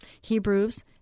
Hebrews